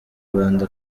rwanda